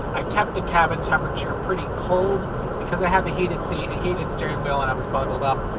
i kept the cabin temperature pretty cold because i have a heated seat, a heated steering wheel and i was bundled up.